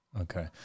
Okay